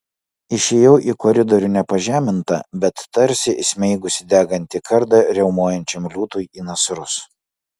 išėjau į koridorių ne pažeminta bet tarsi įsmeigusi degantį kardą riaumojančiam liūtui į nasrus